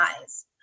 eyes